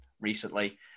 recently